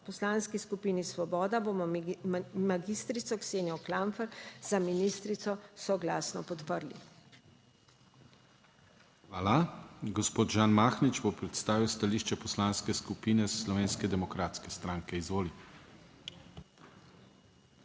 Poslanski skupini Svoboda bomo magistrico Ksenijo Klampfer za ministrico soglasno podprli. **PODPREDSEDNIK DANIJEL KRIVEC:** Hvala. Gospod Žan Mahnič bo predstavil stališče Poslanske skupine Slovenske demokratske stranke. Izvolite.